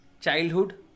childhood